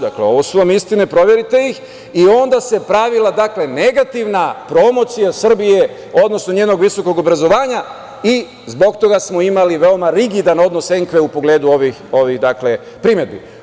Dakle ovo su vam istine, proverite ih i onda se pravila negativna promocija Srbije, odnosno njenog visokog obrazovanja i zbog toga smo imali veoma rigidan odnos sa ENKVA u pogledu ovih primedbi.